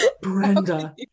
brenda